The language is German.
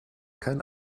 kein